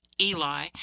Eli